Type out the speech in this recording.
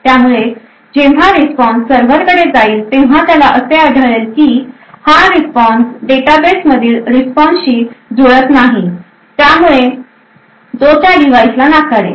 त्यामुळे जेव्हा रिस्पॉन्स सर्व्हरकडे जाईल तेव्हा त्याला असे असे आढळेल की हा रिस्पॉन्स डेटाबेस मधील रिस्पॉन्स सोबत जुळत नाही त्यामुळे तो त्या डिव्हाइस ला नाकारेल